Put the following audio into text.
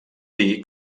dir